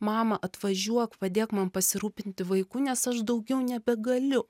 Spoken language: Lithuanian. mama atvažiuok padėk man pasirūpinti vaiku nes aš daugiau nebegaliu